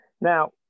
Now